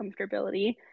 comfortability